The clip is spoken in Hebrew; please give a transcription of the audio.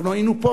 היינו פה,